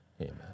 amen